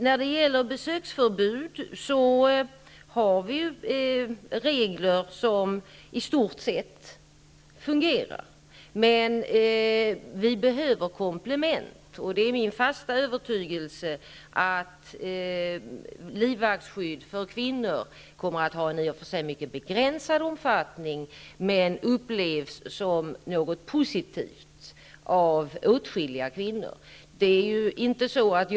När det gäller besöksförbud har vi regler som i stort sett fungerar, men vi behöver komplement. Det är min fasta övertygelse att livvaktsskydd för kvinnor i det här sammanhanget kommer att upplevas som något positivt av åtskilliga kvinnor, även om det i och för sig kommer att ha en mycket begränsad omfattning.